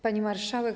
Pani Marszałek!